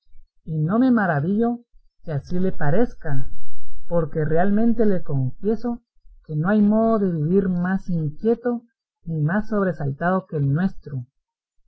no me maravillo que así le parezca porque realmente le confieso que no hay modo de vivir más inquieto ni más sobresaltado que el nuestro